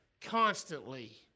Constantly